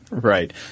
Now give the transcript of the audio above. Right